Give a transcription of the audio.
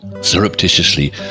Surreptitiously